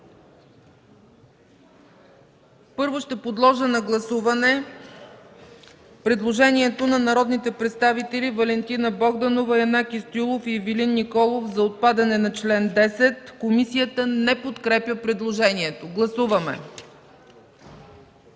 Първо ще подложа на гласуване предложението на народните представители Валентина Богданова, Янаки Стоилов и Ивелин Николов за отпадане на чл. 10. Комисията не подкрепя предложението. Моля, гласувайте.